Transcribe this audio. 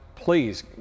please